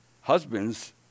husbands